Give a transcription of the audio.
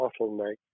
bottleneck